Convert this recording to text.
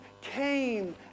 came